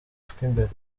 tw’imbere